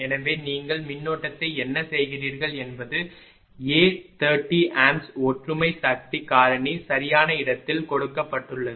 எனவே நீங்கள் மின்னோட்டத்தை என்ன செய்கிறீர்கள் என்பது A 30 A ஒற்றுமை சக்தி காரணி சரியான இடத்தில் கொடுக்கப்பட்டுள்ளது